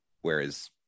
Whereas